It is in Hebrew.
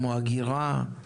כמו אגירה;